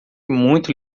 muito